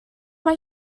mae